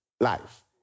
life